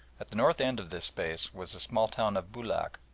at the north end of this space was the small town of boulac,